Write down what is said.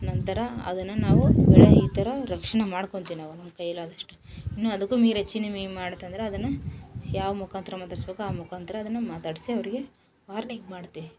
ನಂತರ ಅದನ್ನು ನಾವು ಬೆಳೆ ಈ ಥರ ರಕ್ಷಣೆ ಮಾಡ್ಕೊಳ್ತೀವಿ ನಾವು ನಮ್ಮ ಕೈಲಾದಷ್ಟು ಇನ್ನು ಅದಕ್ಕೂ ಮೀರಿ ಹೆಚ್ಚಿನ ಮಿ ಮಾಡಿತೆಂದ್ರೆ ಅದನ್ನು ಯಾವ ಮುಖಾಂತ್ರ ಮಾತಡಿಸ್ಬೇಕೊ ಆ ಮುಖಾಂತ್ರ ಅದನ್ನು ಮಾತಾಡಿಸಿ ಅವರಿಗೆ ವಾರ್ನಿಂಗ್ ಮಾಡ್ತೆ